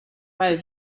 weil